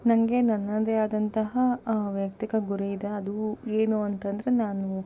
ನನಗೆ ನನ್ನದೇ ಆದಂತಹ ವೈಯಕ್ತಿಕ ಗುರಿ ಇದೆ ಅದು ಏನು ಅಂತಂದರೆ ನಾನು